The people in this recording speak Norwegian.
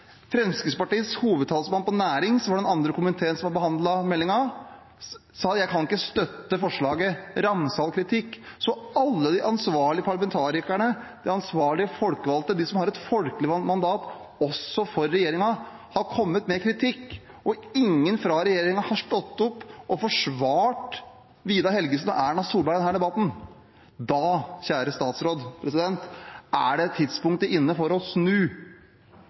næring, som er den andre komiteen som har behandlet meldingen, sa at han ikke kunne støtte forlaget – ramsalt kritikk. Så alle de ansvarlige parlamentarikerne, de ansvarlige folkevalgte, de som har et folkevalgt mandat også for regjeringen, har kommet med kritikk, og ingen fra regjeringen har stått fram og forsvart Vidar Helgesen og Erna Solberg i denne debatten. Da, kjære statsråd, er